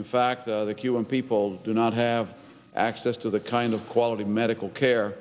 in fact the cuban people do not have access to the kind of quality medical care